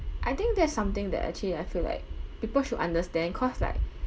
I think that's something that actually I feel like people should understand cause like